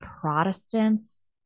protestants